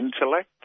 intellect